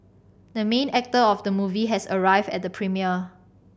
the main actor of the movie has arrived at the premiere